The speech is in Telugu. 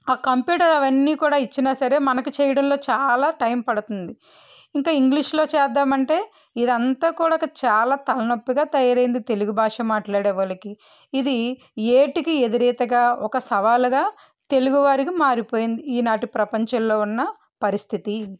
ఆ కంప్యూటర్ అవన్నీ కూడా ఇచ్చిన సరే మనకు చేయడంలో చాలా టైం పడుతుంది ఇంకా ఇంగ్లీష్లో చేద్దామంటే ఇదంతా కూడా చాలా తల నొప్పిగా తయారయ్యింది తెలుగు భాష మాట్లాడేవాళ్ళకి ఇది ఏటుకి ఎదురీతగా ఒక సవాలుగా తెలుగు వారికి మారిపోయింది ఈనాటి ప్రపంచంలో ఉన్న పరిస్థితి